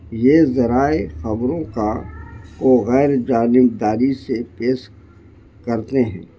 یہ ذرائع خبروں کا و غیر جانبداری سے پیش کرتے ہیں